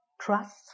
trust